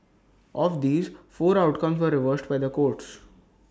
of these four outcomes were reversed by the courts